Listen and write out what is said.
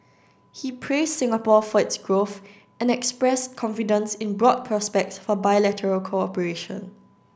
he praised Singapore for its growth and expressed confidence in broad prospects for bilateral cooperation